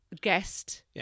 ...guest